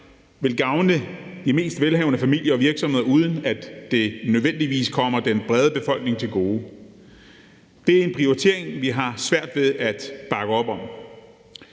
vil gavne de mest velhavende familier og virksomheder, uden at det nødvendigvis kommer den brede befolkning til gode. Det er en prioritering, vi har svært ved at bakke op om.